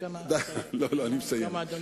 כמה אתה, אני מסיים.